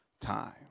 time